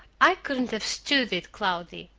i couldn't have stood it, cloudy!